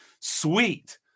Sweet